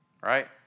right